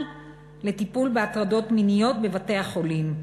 לטיפול בהטרדות מיניות בבתי-החולים.